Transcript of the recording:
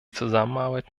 zusammenarbeit